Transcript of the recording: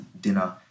dinner